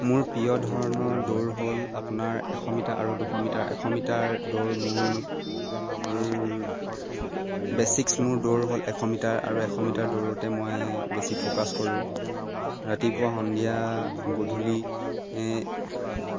মোৰ প্ৰিয় ধৰণৰ দৌৰ হ'ল আপোনাৰ এশ মিটাৰ আৰু দুশ মিটাৰ এশ মিটাৰ দৌৰ মোৰ বেচিকছ মোৰ দৌৰ হ'ল এশ মিটাৰ আৰু এশ মিটাৰ দৌৰতে মই বেছি ফকাচ কৰোঁ ৰাতিপুৱা সন্ধিয়া গধূলি